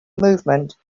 movement